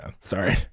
Sorry